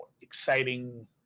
exciting